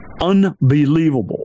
unbelievable